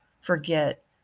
forget